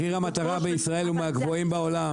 מחיר המטרה בישראל הוא מהגבוהים בעולם.